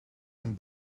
and